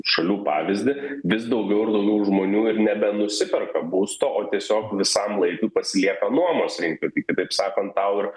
šalių pavyzdį vis daugiau ir daugiau žmonių ir nebenusiperka būsto o tiesiog visam laikui pasilieka nuomos rinkoj taip sakant tau ir